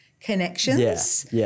connections